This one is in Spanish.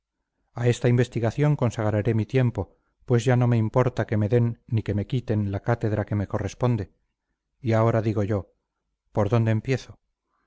a esta investigación consagraré mi tiempo pues ya no me importa que me den ni que me quiten la cátedra que me corresponde y ahora digo yo por dónde empiezo